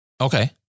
Okay